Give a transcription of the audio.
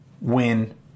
win